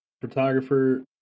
photographer